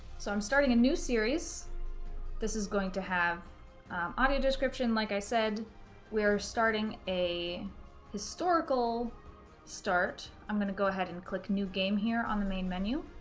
so i'm starting a new series this is going to have audio description, like i said we're starting a historical start i'm gonna go ahead and click new game here on the main menu.